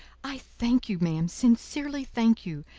i thank you, ma'am, sincerely thank you,